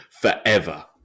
forever